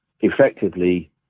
Effectively